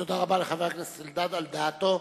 תודה רבה לחבר הכנסת אלדד על דעתו.